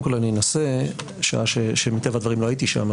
אנסה שעה שמטבע הדברים לא הייתי שם,